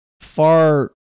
far